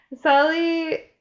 Sally